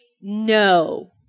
no